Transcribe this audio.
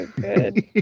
good